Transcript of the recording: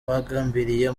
bagambiriye